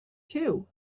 too